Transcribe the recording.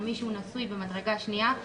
למי שהוא נשוי במדרגה שנייה,